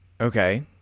Okay